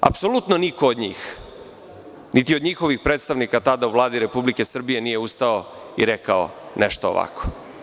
Apsolutno niko od njih, niti od njihovih predstavnika tada u Vladi Republike Srbije nije ustao i rekao nešto ovako.